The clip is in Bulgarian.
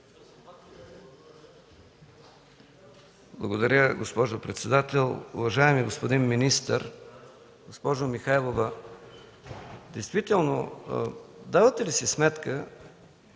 Благодаря, госпожо председател. Уважаеми господин министър, госпожо Михайлова! Давате ли си сметка